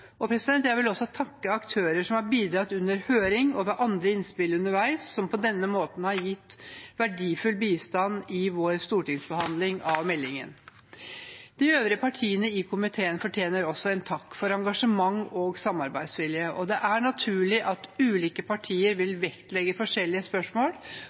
Jeg vil også takke aktører som har bidratt under høring og med andre innspill underveis, og som på den måten har gitt verdifull bistand i vår stortingsbehandling av meldingen. De øvrige partiene i komiteen fortjener også en takk for engasjement og samarbeidsvilje. Det er naturlig at ulike partier vil vektlegge forskjellige spørsmål